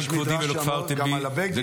יש שם מדרש גם על הבגד.